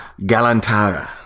Galantara